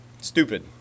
stupid